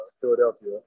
Philadelphia